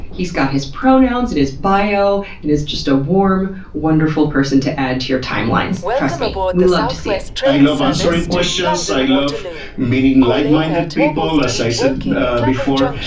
he's got his pronouns in his bio, and is just a warm, wonderful person to add to your timelines, trust me. we love to see it. i love answering questions, i love meeting like-minded people, as i said before.